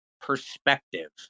perspective